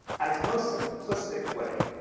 at its most simplistic way,